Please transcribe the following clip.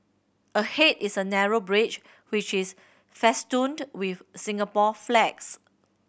ahead is a narrow bridge which is festooned with Singapore flags